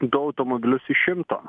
du automobilius iš šimto